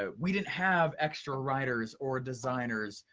ah we didn't have extra writers or designers.